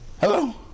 Hello